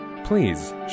Please